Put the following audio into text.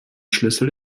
schlüssel